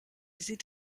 sieht